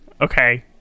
okay